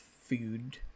food